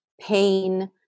pain